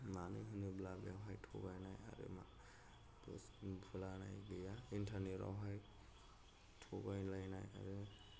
मानो होनोब्ला बेवहाय थगायनाय आरो मा फोलानाय गैया इन्टारनेटआवहाय थगायलायनाय आरो